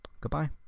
Goodbye